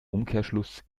umkehrschluss